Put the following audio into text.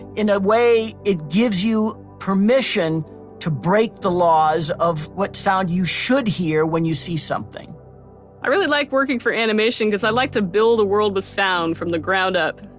in a way it gives you permission to break the laws of what sound you should hear when you see something i really like working for animation because i like to build a world with sound from the ground up,